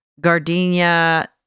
gardenia